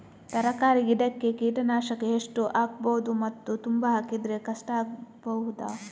ತರಕಾರಿ ಗಿಡಕ್ಕೆ ಕೀಟನಾಶಕ ಎಷ್ಟು ಹಾಕ್ಬೋದು ಮತ್ತು ತುಂಬಾ ಹಾಕಿದ್ರೆ ಕಷ್ಟ ಆಗಬಹುದ?